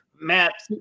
Matt